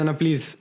please